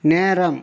நேரம்